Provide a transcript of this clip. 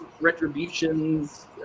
retributions